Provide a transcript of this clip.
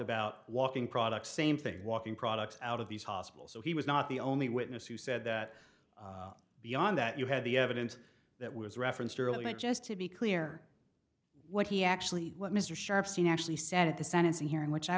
about walking products same thing walking products out of these hospitals so he was not the only witness who said that beyond that you have the evidence that was referenced earlier just to be clear what he actually what mr sharpstein actually said at the sentencing hearing which i